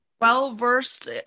Well-versed